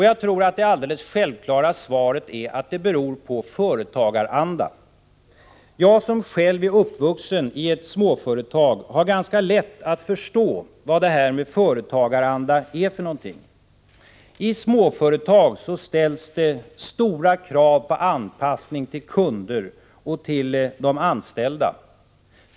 Jag tror att det alldeles självklara svaret är att det beror på företagaranda. Jag som själv är uppvuxen i ett småföretag har ganska lätt att förstå vad detta med företagaranda är för någonting. I småföretag ställs det stora krav på anpassning till kunder och till de anställda.